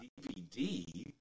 DVD